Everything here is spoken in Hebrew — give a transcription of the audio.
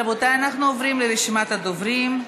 רבותיי, אנחנו עוברים לרשימת הדוברים.